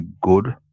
good